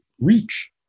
reach